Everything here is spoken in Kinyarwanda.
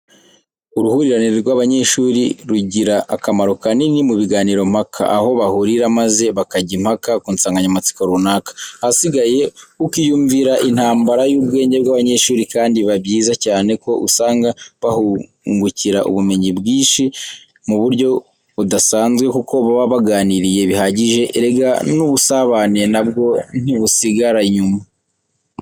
Uruhurirane rw'abanyeshuri rugira akamaro kanini mu biganiro mpaka, aho bahurira maze bakajya impaka ku nsanganyamatsiko runaka, ahasigaye ukiyumvira intambara y'ubwenge bw'abanyeshuri, kandi biba byiza cyane ko usanga bahungukira ubumenyi bwishi mu buryo budasanzwe, kuko baba baganiriye bihagije, erega n'ubusabane na bwo ntibusigara inyuma.